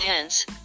Hence